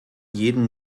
jeden